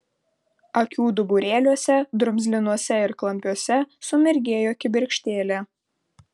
akių duburėliuose drumzlinuose ir klampiuose sumirgėjo kibirkštėlė